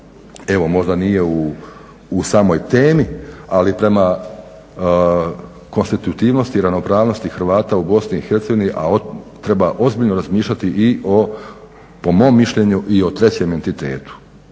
evo možda nije u samoj temi, ali prema konstitutivnosti i ravnopravnosti Hrvata u BiH, ali treba ozbiljno razmišljati i o, po mom mišljenju i o trećem entitetu.